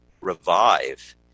revive